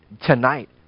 tonight